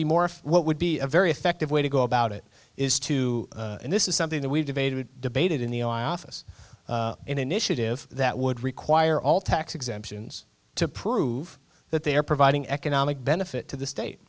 be more of what would be a very effective way to go about it is to and this is something that we've debated debated in the office in initiative that would require all tax exemptions to prove that they are providing economic benefit to the state